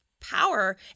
power